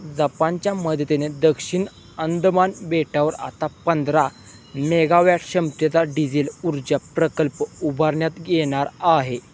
जपानच्या मदतीने दक्षिण अंदमान बेटावर आता पंधरा मेगाव्या क्षमतेचा डिझेल उर्जा प्रकल्प उभारण्यात येणार आहे